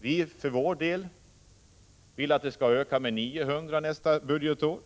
Vi för vår del vill att platserna skall öka med 900 nästa budgetår.